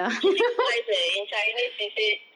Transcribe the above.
she said twice eh in chinese she said